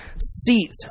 seat